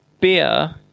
beer